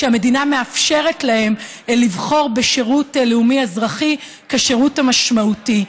שהמדינה מאפשרת להם לבחור בשירות לאומי אזרחי כשירות המשמעותי.